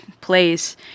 place